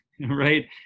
right